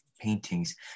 paintings